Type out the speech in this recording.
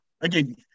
Again